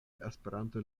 esperanta